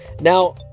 Now